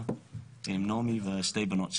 ונעמי ושתי הבנות שלי.